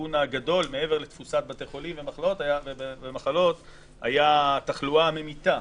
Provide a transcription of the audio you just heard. הסיכון הגדול מעבר לתפוסת בתי חולים ומחלות היה תחלואה ממיתה.